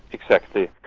exactly.